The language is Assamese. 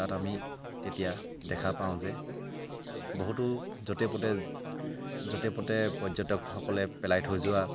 তাত আমি তেতিয়া দেখা পাওঁ যে বহুতো য'তে পতে য'তে পতে পৰ্যটকসকলে পেলাই থৈ যোৱা